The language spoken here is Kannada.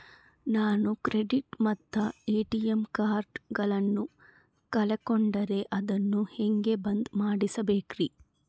ನಾನು ಕ್ರೆಡಿಟ್ ಮತ್ತ ಎ.ಟಿ.ಎಂ ಕಾರ್ಡಗಳನ್ನು ಕಳಕೊಂಡರೆ ಅದನ್ನು ಹೆಂಗೆ ಬಂದ್ ಮಾಡಿಸಬೇಕ್ರಿ?